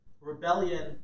rebellion